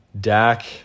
Dak